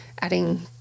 adding